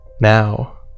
now